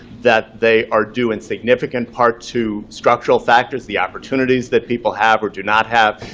that they are due in significant part to structural factors, the opportunities that people have or do not have,